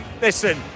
Listen